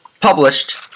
published